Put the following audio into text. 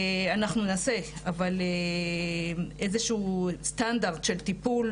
אנחנו נעשה איזה שהוא סטנדרט של טיפול,